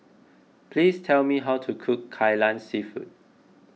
please tell me how to cook Kai Lan Seafood